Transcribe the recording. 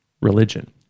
religion